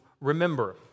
remember